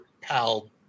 pal